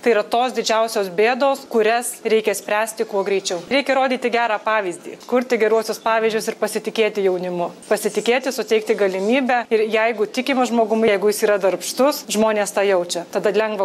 tai yra tos didžiausios bėdos kurias reikia spręsti kuo greičiau reikia rodyti gerą pavyzdį kurti geruosius pavyzdžius ir pasitikėti jaunimu pasitikėti suteikti galimybę ir jeigu tikima žmogumi jeigu jis yra darbštus žmonės tą jaučia tada lengva